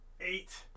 eight